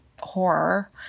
horror